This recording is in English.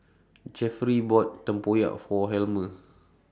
Jefferey bought Tempoyak For Helmer